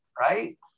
right